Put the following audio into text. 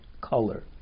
color